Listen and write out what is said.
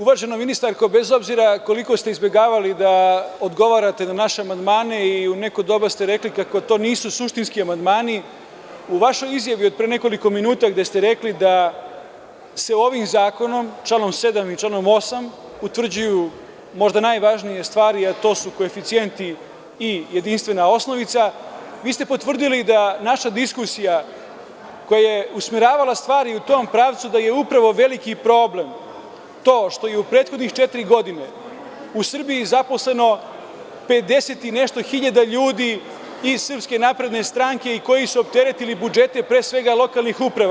Uvažena ministarko, bez obzira koliko ste izbegavali da odgovarate na naše amandmane i u neko doba ste rekli kako to nisu suštinski amandmani, u vašoj izjavi od pre nekoliko minuta, gde ste rekli da se ovim zakonom, članom 7. i članom 8, utvrđuju možda najvažnije stvari, a to su koeficijenti i jedinstvena osnovica, vi ste potvrdili da naša diskusija, koja je usmeravala stvari u tom pravcu da je upravo veliki problem to što je u prethodne četiri godine u Srbiji zaposleno 50 i nešto hiljada ljudi iz SNS i koji su opteretili budžet lokalnih uprava.